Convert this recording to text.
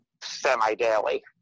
semi-daily